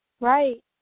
Right